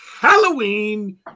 Halloween